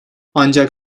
ancak